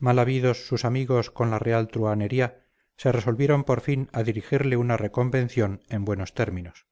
habidos sus amigos con la real truhanería se resolvieron por fin a dirigirle una reconvención en buenos términos